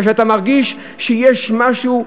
מפני שאתה מרגיש שיש משהו,